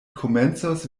komencos